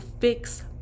fix